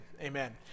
Amen